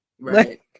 Right